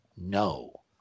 No